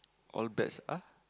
all bets ah